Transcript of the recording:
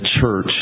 church